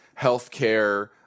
healthcare